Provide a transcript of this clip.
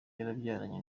yarabyaranye